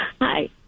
Hi